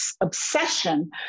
obsession